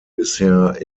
bisher